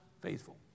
faithful